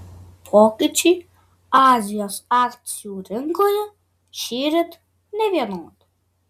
pokyčiai azijos akcijų rinkoje šįryt nevienodi